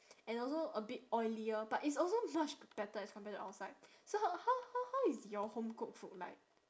and also a bit oilier but it's also much better as compared to outside so how how how is your home cooked food like